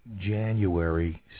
January